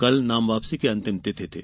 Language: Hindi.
कल नाम वापसी की अंतिम तिथि थी